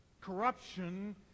Corruption